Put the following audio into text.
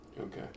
Okay